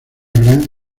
gran